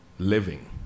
living